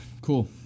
Cool